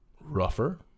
rougher